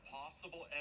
possible